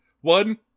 One